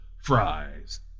fries